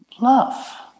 Love